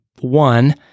one